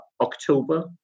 October